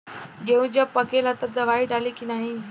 गेहूँ जब पकेला तब दवाई डाली की नाही?